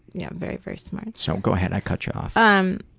yeah, very, very smart. so. go head, i cut you off. um